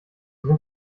sind